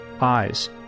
eyes